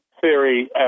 theory